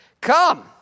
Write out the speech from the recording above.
Come